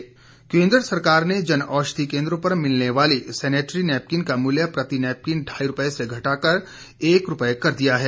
sanitary केंद्र सरकार ने जन औषधि केंद्रों पर मिलने वाली सेनेटरी नैपकिन का मूल्य प्रति नैपकिन ढाई रूपए से घटाकर एक रूपए कर दिया है